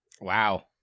Wow